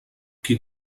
qui